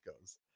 goes